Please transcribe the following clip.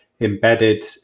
embedded